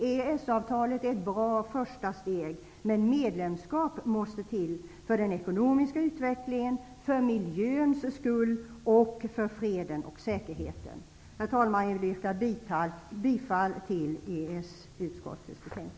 EES-avtalet är ett bra första steg, men medlemskap måste till för den ekonomiska utvecklingen, för miljöns skull och för freden och säkerheten. Herr talman! Jag vill yrka bifall till hemställan i